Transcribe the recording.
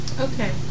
Okay